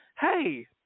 hey